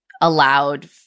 allowed